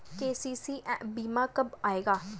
KCC बीमा कब आएगा?